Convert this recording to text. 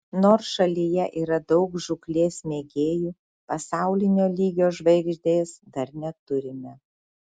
nors šalyje yra daug žūklės mėgėjų pasaulinio lygio žvaigždės dar neturime